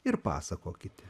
ir pasakokite